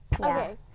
Okay